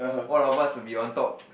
all of us will be on top